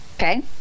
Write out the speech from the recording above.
Okay